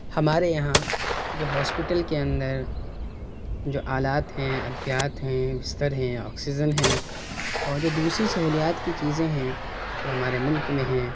ہمارے یہاں جو ہاسپیٹل کے اندر جو آلات ہیں ادویات ہیں بستر ہیں آکسیجن ہیں اور جو دوسری سہولیات کی چیزیں ہیں جو ہمارے ملک میں ہیں